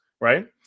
right